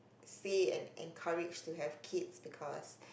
say and encourage to have kids because